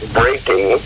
breaking